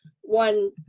one